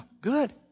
good